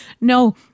No